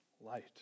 light